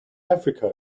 africa